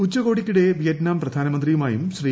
ഉച്ചകോടിക്കിടെ Vietnam പ്രധാനമന്ത്രിയുമായും ശ്രീ